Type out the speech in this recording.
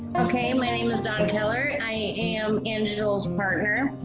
okay, my name is dawn keller. i am angelo's partner,